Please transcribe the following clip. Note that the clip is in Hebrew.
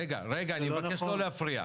רגע, אני מבקש לא להפריע.